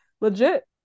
Legit